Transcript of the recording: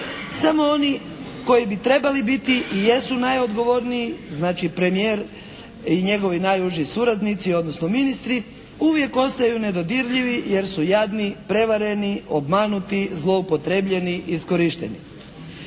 Samo oni koji bi trebali biti i jesu najodgovorniji, znači premijer i njegovi najuži suradnici, odnosno ministri uvijek ostaju nedodirljivi jer su jadni prevareni, obmanuti, zloupotrebljeni i iskorišteni.